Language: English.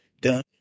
done